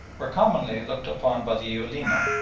were commonly looked upon by the ulema,